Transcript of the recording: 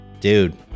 Dude